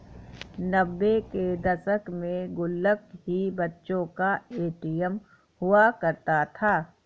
नब्बे के दशक में गुल्लक ही बच्चों का ए.टी.एम हुआ करता था